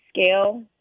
scale